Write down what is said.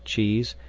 cheese,